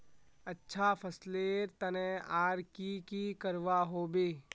अच्छा फसलेर तने आर की की करवा होबे?